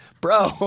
bro